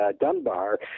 Dunbar